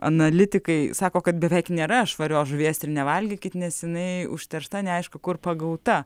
analitikai sako kad beveik nėra švarios žuvies ir nevalgykit nes jinai užteršta neaišku kur pagauta